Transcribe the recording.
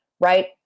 right